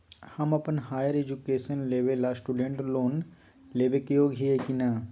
हम अप्पन higher education लेबे ला स्टूडेंट लोन लेबे के योग्य हियै की नय?